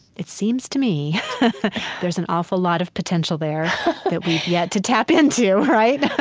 it seems to me there's an awful lot of potential there that we've yet to tap into, right?